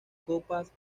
copas